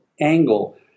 angle